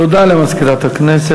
תודה למזכירת הכנסת.